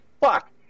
Fuck